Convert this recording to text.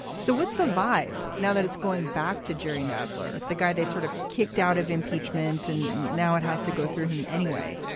so what's the vibe now that it's going back to jerry nadler, the guy they sort of kicked out of impeachment and now it has to go through him anyway?